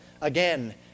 again